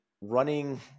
running